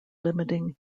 limited